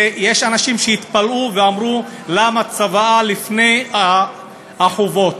ויש אנשים שהתפלאו ואמרו: למה הצוואה לפני החובות?